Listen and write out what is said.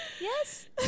Yes